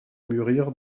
mûrir